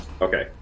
Okay